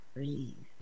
Breathe